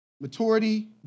Maturity